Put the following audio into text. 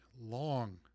long